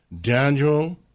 Daniel